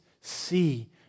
see